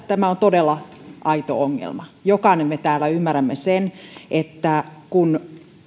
tämä on todella aito ongelma jokainen me täällä ymmärrämme sen että kun